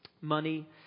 money